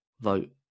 vote